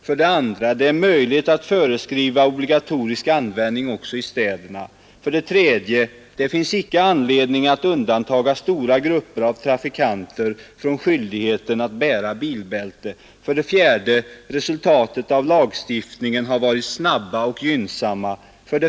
2) Det är möjligt att föreskriva obligatorisk användning också i städerna. 3) Det finns icke anledning att undantaga stora grupper av trafikanter 4) Resultaten av lagstiftningen har varit snabba och gynnsamma.